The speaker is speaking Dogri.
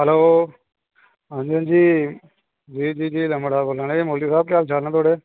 हैलो आं जी आं जी एह् में मुड़ा बोल्ला ना मौलवी साहब केह् हाल न तुंदे